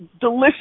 delicious